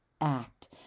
act